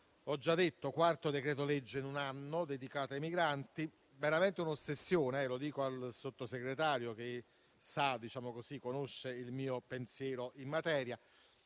tratta del quarto decreto-legge in un anno dedicato ai migranti. Veramente un'ossessione, lo dico al Sottosegretario che conosce il mio pensiero in materia.